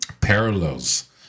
parallels